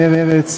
מרצ,